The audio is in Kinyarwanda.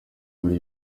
muri